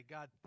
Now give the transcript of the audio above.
God